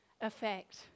effect